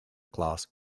class